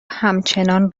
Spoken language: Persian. همچنان